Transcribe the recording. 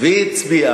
בדיון זה,